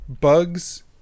bugs